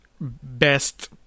best